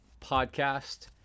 Podcast